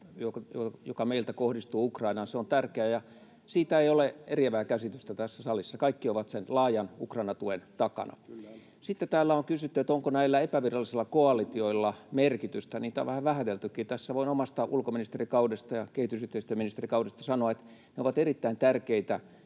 joka meiltä kohdistuu Ukrainaan, se on tärkeää. Siitä ei ole eriävää käsitystä tässä salissa. Kaikki ovat sen laajan Ukraina-tuen takana. Sitten täällä on kysytty, onko näillä epävirallisilla koalitioilla merkitystä, ja niitä on vähän vähäteltykin tässä. Voin omasta ulkoministerikaudesta ja kehitysyhteistyöministerikaudesta sanoa, että ne ovat erittäin tärkeitä